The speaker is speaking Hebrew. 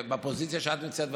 בפוזיציה שאת נמצאת,